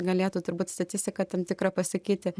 galėtų turbūt statistiką tam tikrą pasakyti